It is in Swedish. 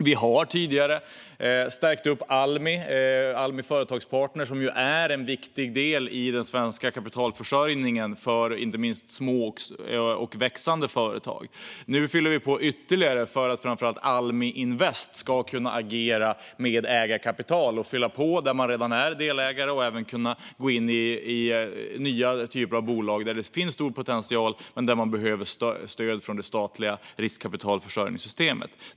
Vi har tidigare stärkt upp Almi Företagspartner, som är en viktig del i den svenska kapitalförsörjningen för inte minst små och växande företag. Nu fyller vi på ytterligare för att framför allt Almi Invest ska kunna agera med ägarkapital och fylla på där man redan är delägare och även kunna gå in i nya typer av bolag där det finns stor potential men man behöver stöd från det statliga riskkapitalförsörjningssystemet.